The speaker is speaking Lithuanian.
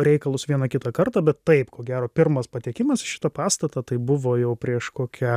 reikalus vieną kitą kartą bet taip ko gero pirmas patekimas į šitą pastatą tai buvo jau prieš kokią